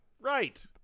Right